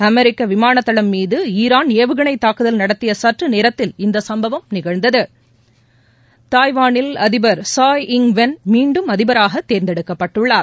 அமெரிக்க விமானதளம் மீது ஈரான் ஏவுகணை தாக்குதல் நடத்திய சற்று நேரத்தில் இந்த சம்பவம் நிகழ்ந்தது தாய்வானில் அதிபர் ட்சாய் இப் வெள் மீண்டும் அதிபராக தேர்ந்தெடுக்கப்பட்டுள்ளார்